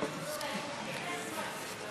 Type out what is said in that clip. בעיית המסתננים